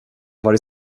varit